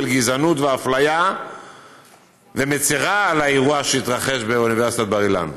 גזענות ואפליה ומצר על האירוע שהתרחש באוניברסיטת בר-אילן.